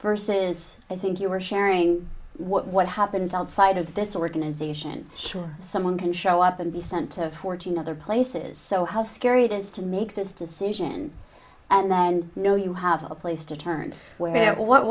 verses i think you are sharing what happens outside of this organisation someone can show up and be sent to fourteen other places so how scary it is to make this decision and then know you have a place to turn when